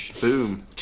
Boom